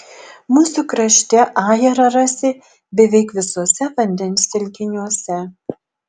mūsų krašte ajerą rasi beveik visuose vandens telkiniuose